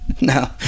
no